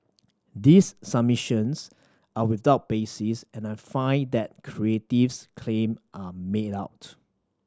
these submissions are without basis and I find that Creative's claim are made out